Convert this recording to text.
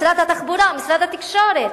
משרד התחבורה ומשרד התקשורת.